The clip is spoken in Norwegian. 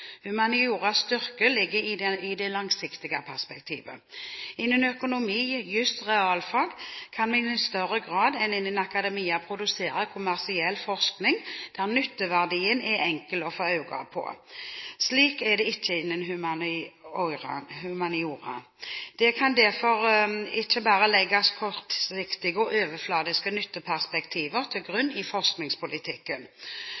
styrke ligger i det langsiktige perspektivet. Innen økonomi, jus og realfag kan man i større grad enn innen akademia produsere kommersiell forskning der nytteverdien er enkel å få øye på. Slik er det ikke innen humaniora. Det kan derfor ikke bare legges kortsiktige og overfladiske nytteperspektiver til